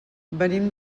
venim